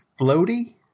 floaty